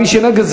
מי שנגד,